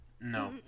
No